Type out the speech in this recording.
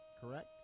correct